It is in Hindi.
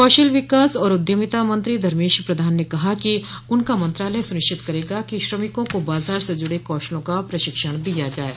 कौशल विकास और उद्यमिता मंत्री धर्मेन्द्र प्रधान ने कहा कि उनका मंत्रालय सुनिश्चित करेगा कि श्रमिकों को बाजार से जुड़े कौशलों का प्रशिक्षण दिया जाये